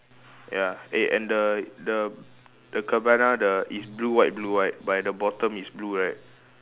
ya eh and the the the cabana the is blue white blue white but at the bottom is blue right